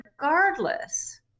regardless